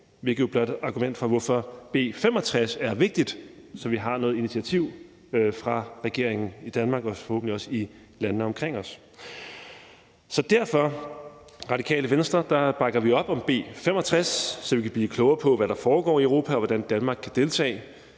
blot er et argument for, hvorfor B 65 er vigtigt, så vi har noget initiativ fra regeringen i Danmark og forhåbentlig også fra regeringer i landene omkring os. Så derfor bakker vi i Radikale Venstre op om B 65, så vi kan blive klogere på, hvad der foregår i Europa, og hvordan Danmark kan deltage;